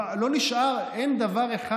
לא נשאר, אין דבר אחד.